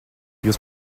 jūs